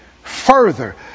further